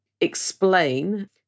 explain